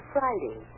Friday